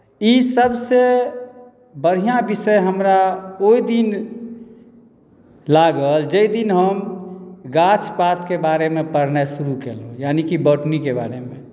ई सभसँ बढ़िआँ विषय हमरा ओहि दिन लागल जाहि दिन हम गाछ पातके बारेमे पढ़नाइ शुरू केलहुँ यानिकि बॉटनीके बारेमे